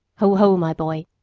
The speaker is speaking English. ho, ho! my boy,